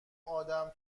آدم